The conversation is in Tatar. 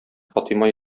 фатыйма